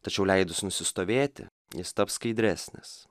tačiau leidus nusistovėti jis taps skaidresnis